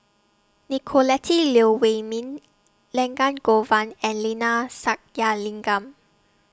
Nicolette Teo Wei Min Elangovan and Neila Sathyalingam